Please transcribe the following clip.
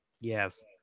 Yes